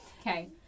Okay